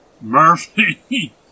Murphy